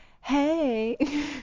hey